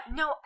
no